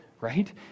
right